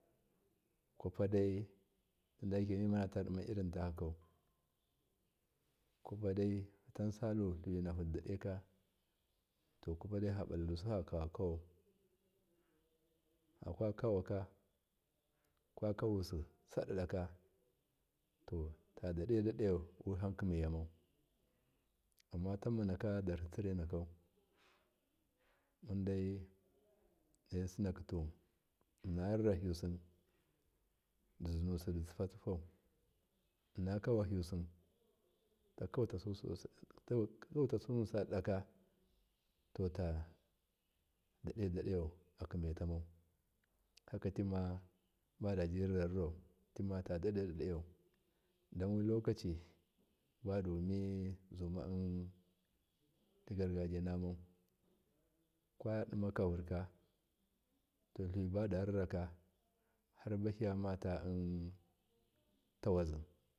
kwafadai fatansalu tliwinahu dida dai ka tokwa padai fabalalusifakawakawau faka waka kwakausi sadadaka totadadaidadayo waham kimaiyamau amma tammanakatarhikau tsir nenakau mundai dosinakituwun innaririu hiyusi sizuwusidi tsi fatsifau innakawahiyusi takautasadi sadadaka totadadai dadayau aki maitamau hakatima badabinrarrau don wi lokaci hamzuma gar gajiyanamau kwadima kavurka tliwi bada rira rikani harbahiyamata tawazi.